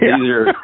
easier